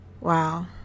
wow